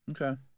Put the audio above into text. Okay